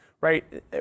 right